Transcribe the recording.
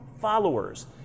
followers